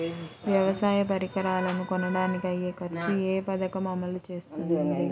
వ్యవసాయ పరికరాలను కొనడానికి అయ్యే ఖర్చు ఏ పదకము అమలు చేస్తుంది?